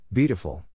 Beautiful